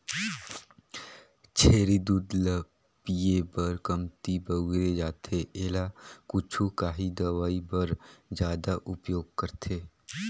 छेरी दूद ल पिए बर कमती बउरे जाथे एला कुछु काही दवई बर जादा उपयोग करथे